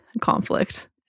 conflict